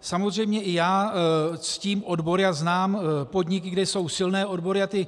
Samozřejmě i já ctím odbory a znám podniky, kde jsou silné odbory, a ty